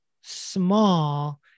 small